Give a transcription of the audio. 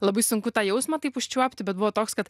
labai sunku tą jausmą taip užčiuopti bet buvo toks kad